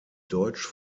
deutsch